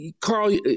carl